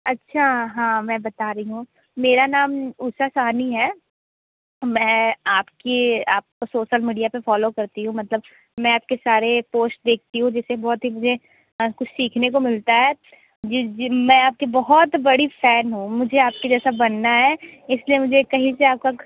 अच्छा हाँ मैं बता रही हूँ मेरा नाम ऊषा साहनी है मैं आपके आपको सोसल मीडिया पर फॉलो करती हूँ मतलब मैं आपके सारे पोश्ट देखती हूँ जिससे बहुत ही मुझे कुछ सीखने को मिलता है जी जी मैं आपकी बहुत बड़ी फ़ैन हूँ मुझे आपके जैसा बनना है इस लिए मुझे कहीं से आपका